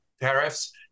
tariffs